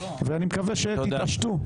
ואני מקווה שתתעשתו,